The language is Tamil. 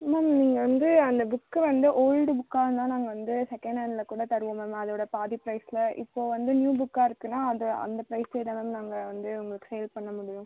மேம் நீங்கள் வந்து அந்த புக்கு வந்து ஓல்டு புக்கா இருந்தால் நாங்கள் வந்து செகேண்ட் ஹேண்ட்டில் கூட தருவோம் மேம் அதோடய பாதி ப்ரைஸ்ஸில் இப்போ வந்து நியூ புக்காக இருக்குதுன்னா அதை அந்த ப்ரைஸே தான் மேம் நாங்கள் வந்து உங்களுக்கு சேல் பண்ண முடியும்